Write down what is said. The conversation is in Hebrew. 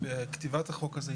בכתיבת החוק הזה.